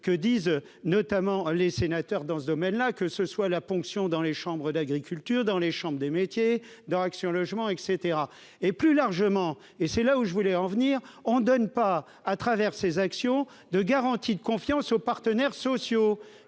que disent notamment les sénateurs dans ce domaine-là, que ce soit la ponction dans les chambres d'agriculture dans les chambres des métiers d'art, Action logement et caetera et, plus largement, et c'est là où je voulais en venir, on donne pas à travers ses actions de garantie de confiance aux partenaires sociaux,